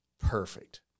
Perfect